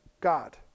God